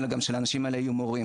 אלא גם כדי שלאנשים האלה יהיו מורים,